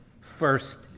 first